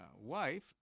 wife